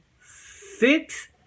six